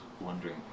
wondering